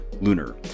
Lunar